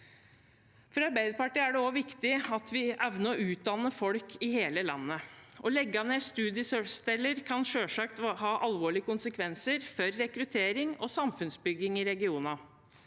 For Arbeiderpartiet er det også viktig at vi evner å utdanne folk i hele landet. Å legge ned studiesteder kan selvsagt ha alvorlige konsekvenser for rekruttering og samfunnsbygging i regionene.